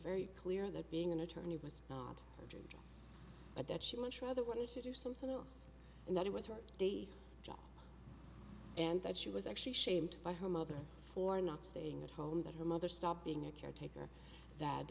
very clear that being an attorney was not urgent but that she much rather wanted to do something else and that it was her day job and that she was actually shamed by her mother for not staying at home that her mother stopped being a caretaker that